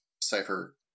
cipher